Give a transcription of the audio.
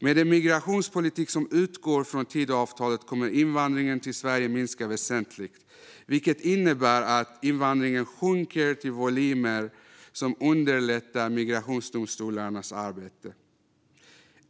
Med en migrationspolitik som utgår från Tidöavtalet kommer invandringen till Sverige att minska väsentligt, vilket innebär att invandringen sjunker till volymer som underlättar migrationsdomstolarnas arbete.